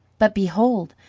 but behold!